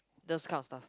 those kind of stuff